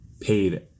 paid